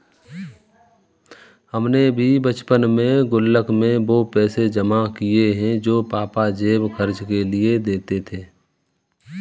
हमने भी बचपन में गुल्लक में वो पैसे जमा किये हैं जो पापा जेब खर्च के लिए देते थे